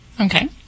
Okay